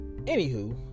anywho